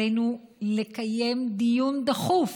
עלינו לקיים דיון דחוף